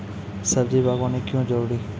सब्जी बागवानी क्यो जरूरी?